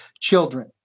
children